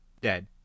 dead